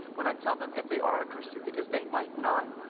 when i tell them if they are a christian because they might not